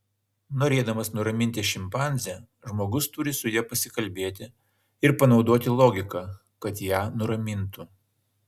norėdamas nuraminti šimpanzę žmogus turi su ja pasikalbėti ir panaudoti logiką kad ją nuramintų